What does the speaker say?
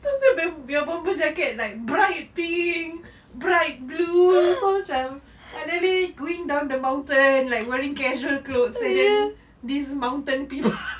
your bomber jacket like bright pink bright blue so macam I really going down the mountain like wearing casual clothes and then these mountain people